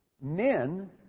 men